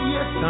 Yes